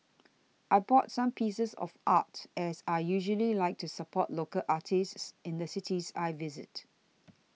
I bought some pieces of art as I usually like to support local artists in the cities I visit